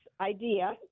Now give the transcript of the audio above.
idea